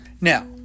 Now